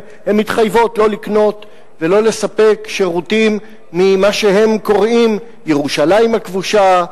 הן מתחייבות לא לקנות ולא לספק שירותים ממה שהם קוראים ירושלים הכבושה,